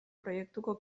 proiektuko